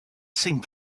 seemed